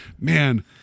man-